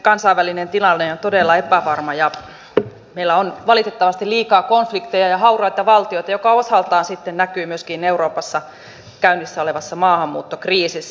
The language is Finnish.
kansainvälinen tilanne on todella epävarma ja meillä on valitettavasti liikaa konflikteja ja hauraita valtioita mikä osaltaan sitten näkyy myöskin euroopassa käynnissä olevassa maahanmuuttokriisissä